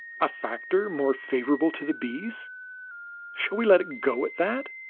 a factor more favorable to the bees shall we let it go at that?